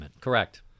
Correct